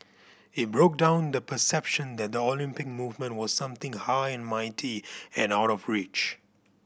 it broke down the perception that the Olympic movement was something high and mighty and out of reach